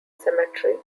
cemetery